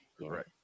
right